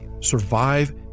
Survive